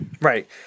Right